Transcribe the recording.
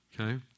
okay